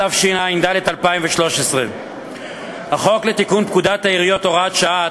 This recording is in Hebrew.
התשע"ד 2013. החוק לתיקון פקודת העיריות (הוראת שעה),